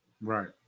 Right